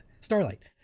starlight